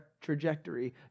trajectory